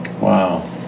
Wow